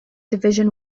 division